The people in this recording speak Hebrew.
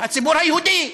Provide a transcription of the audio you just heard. הציבור היהודי.